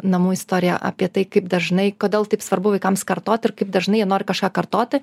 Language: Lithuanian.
namų istoriją apie tai kaip dažnai kodėl taip svarbu vaikams kartot ir kaip dažnai jie nori kažką kartoti